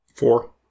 Four